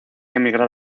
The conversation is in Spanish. emigrar